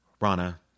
Rana